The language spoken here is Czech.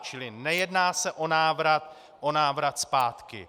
Čili nejedná se o návrat, o návrat zpátky.